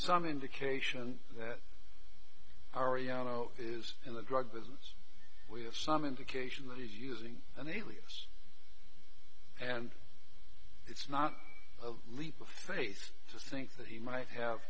some indication that ariano is in the drug business we have some indication that he's using an alias and it's not a leap of faith to think that he might have